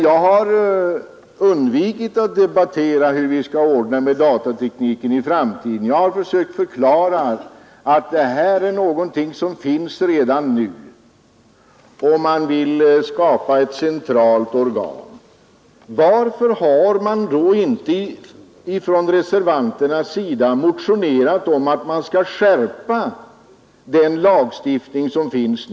Jag har undvikit att debattera hur vi skall ordna det när det gäller datatekniken i framtiden. Jag har försökt förklara att registren redan finns och att man nu bara vill skapa ett centralt organ. Varför har reservanterna inte motionerat om en skärpning av den lagstiftning som finns?